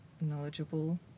knowledgeable